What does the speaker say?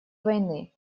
войны